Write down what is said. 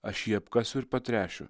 aš jį apkasiu ir patręšiu